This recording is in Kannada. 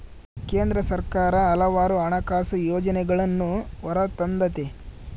ಕೇಂದ್ರ ಸರ್ಕಾರ ಹಲವಾರು ಹಣಕಾಸು ಯೋಜನೆಗಳನ್ನೂ ಹೊರತಂದತೆ